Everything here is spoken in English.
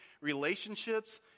relationships